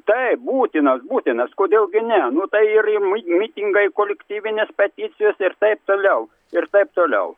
taip būtinas būtinas kodėl gi ne nu tai ir ir mit mitingai kolektyvinės peticijos ir taip toliau ir taip toliau